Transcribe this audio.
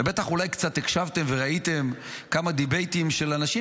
ובטח גם קצת הקשבתם וראיתם כמה דיבייטים של אנשים